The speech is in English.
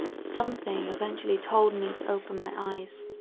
something eventually told me to open my eyes,